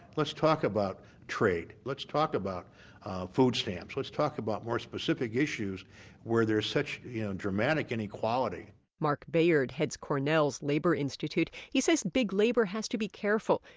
let's talk about trade. let's talk about food stamps. let's talk about more specific issues where there's such yeah dramatic inequality marc bayard heads cornell's labor institute. he says big labor has to be careful.